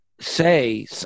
say